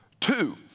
Two